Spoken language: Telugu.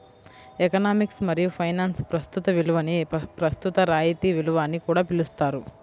ఎకనామిక్స్ మరియు ఫైనాన్స్లో ప్రస్తుత విలువని ప్రస్తుత రాయితీ విలువ అని కూడా పిలుస్తారు